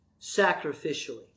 sacrificially